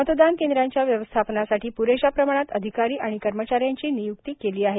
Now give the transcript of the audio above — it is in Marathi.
मतदान केंद्रांच्या व्यवस्थापनासाठी प्रेशा प्रमाणात अधिकारी आणि कर्मचाऱ्यांची निय्क्ती करण्यात आली